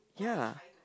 ya